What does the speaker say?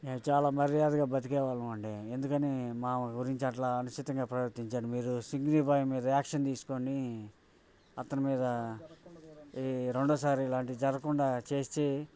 మేం చాలా మర్యాదగా బతికే వాళ్ళమండి ఎందుకని మా గురించి అట్లా అనుచితంగా ప్రవర్తించారు మీరు స్వీగ్గీని బాయ్ మీద యాక్షన్ తీసుకొని అతని మీద ఈ రెండోసారి ఇలాంటివి జరగకుండా చేస్తి